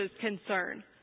concern